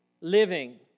living